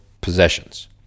possessions